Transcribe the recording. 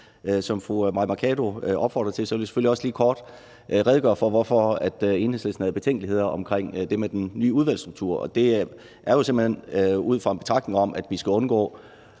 som fru Mai Mercado opfordrer til, så vil jeg selvfølgelig lige kort redegøre for, hvorfor Enhedslisten havde betænkeligheder omkring det med den nye udvalgsstruktur. Det er simpelt hen ud fra en betragtning om, at vi skal undgå